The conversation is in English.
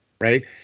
right